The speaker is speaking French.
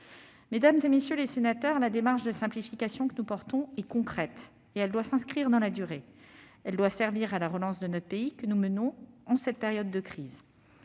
Mesdames, messieurs les sénateurs, la démarche de simplification que nous prônons est concrète et doit s'inscrire dans la durée. Elle doit servir à la relance de notre pays que nous engageons en cette période de crise.